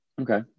Okay